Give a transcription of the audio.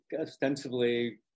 ostensibly